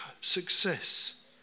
success